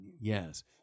Yes